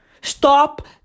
Stop